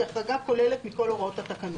היא החרגה כוללת מכל הוראות התקנות.